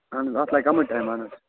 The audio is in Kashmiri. اَہَن حظ اَتھ لَگہِ کَمٕے ٹایِم اَہَن حظ